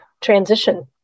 transition